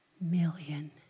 million